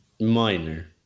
Minor